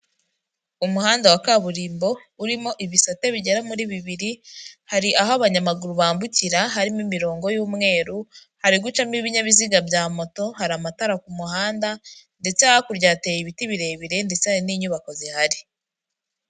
Umuhanda wa kaburimbo urimo ibisate bigera muri bibiri hari aho abanyamaguru bambukira harimo imirongo y'umweruy hari gucamo ibinyabiziga bya moto, hari amatara ku muhanda ndetse hakurya hateye ibiti birebire ndetse hari n'inyubako zihari.